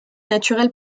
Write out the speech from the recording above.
naturel